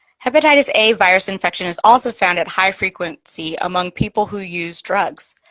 hepatitis a virus infection is also found at high frequency among people who use drugs.